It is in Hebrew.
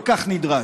כל כך נדרש.